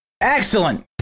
excellent